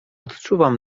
odczuwam